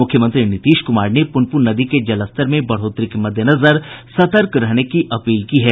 मुख्यमंत्री नीतीश कुमार ने पूनपून नदी के जलस्तर में बढ़ोतरी के मददेनजर सतर्क रहने की अपील की है